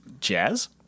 jazz